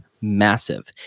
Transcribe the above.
massive